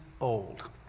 old